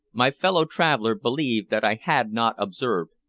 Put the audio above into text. my fellow-traveler believed that i had not observed,